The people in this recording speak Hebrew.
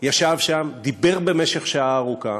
ישב שם, דיבר במשך שעה ארוכה,